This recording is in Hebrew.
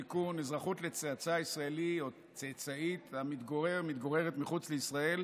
(תיקון, אזרחות לצאצא ישראלי המתגורר מחוץ לישראל,